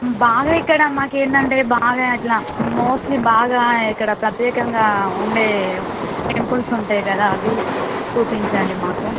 బాగా ఇక్కడ మాకేంటంటే బాగా అట్లా మోస్ట్లీ బాగా ఇక్కడ ప్రత్యేకంగా ఉండే టెంపుల్స్ ఉంటాయి కదా అవి చూపించండి మాకు